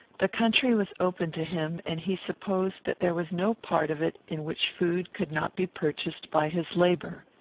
the country was open to him, and he supposed that there was no part of it in which food could not be purchased by his labour.